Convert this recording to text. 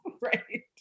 right